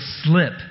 slip